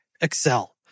Excel